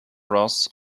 ross